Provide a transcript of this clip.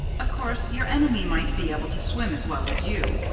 of course, your enemy might be able to swim as well as you.